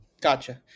Gotcha